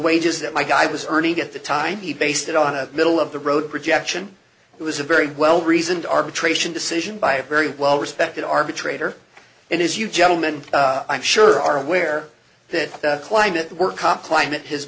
wages that my guy was earning at the time he based it on a middle of the road projection it was a very well reasoned arbitration decision by a very well respected arbitrator and as you gentlemen i'm sure are aware that the climate work comp climate has